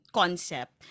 concept